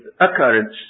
occurrence